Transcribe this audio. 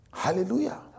Hallelujah